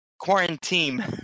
Quarantine